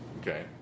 Okay